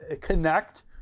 connect